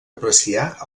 apreciar